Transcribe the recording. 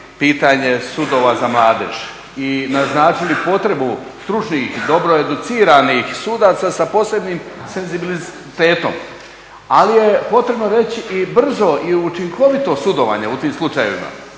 pitanje sudova za mladež i naznačili potrebu stručnih, dobro educiranih sudaca sa posebnim senzibilitetom, ali je potrebno reći i brzo i učinkovito sudovanje u tim slučajevima,